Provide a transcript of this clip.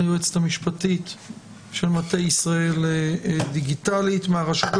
וסוגיות המפתח שנידונו בהרחבה בשתי הישיבות הראשונות